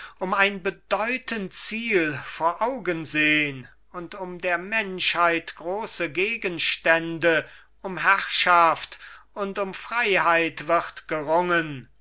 und ein bedeutend ziel vor augen sehn und um der menschheit große gegenstände um herrschaft und um freiheit wird gerungen